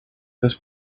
his